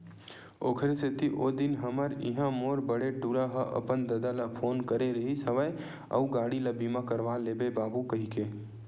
ओखरे सेती ओ दिन हमर इहाँ मोर बड़े टूरा ह अपन ददा ल फोन करे रिहिस हवय अउ गाड़ी ल बीमा करवा लेबे बाबू कहिके